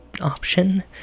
option